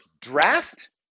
draft